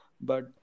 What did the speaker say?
but-